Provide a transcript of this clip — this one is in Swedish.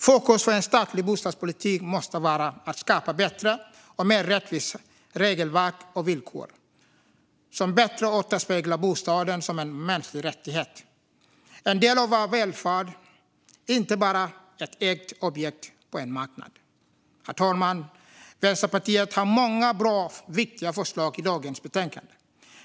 Fokus för en statlig bostadspolitik måste vara att skapa bättre och mer rättvisa regelverk och villkor som bättre återspeglar bostaden som en mänsklig rättighet och en del av vår välfärd - inte bara som ett ägt objekt på en marknad. Herr talman! Vänsterpartiet har många bra och viktiga förslag i dagens betänkande.